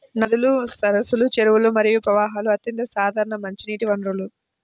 నదులు, సరస్సులు, చెరువులు మరియు ప్రవాహాలు అత్యంత సాధారణ మంచినీటి వనరులు